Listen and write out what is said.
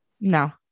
no